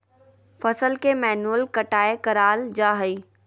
फसल के मैन्युअल कटाय कराल जा हइ